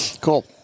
Cool